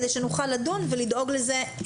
כדי שנוכל לדון ולדאוג לזה מראש.